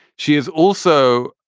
she is also.